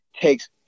takes